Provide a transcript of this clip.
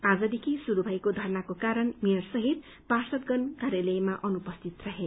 आजदेखि शुरू भएको धरनाको कारण मेयरसहित पार्षदगण कार्यालयमा अनुपस्थित रहे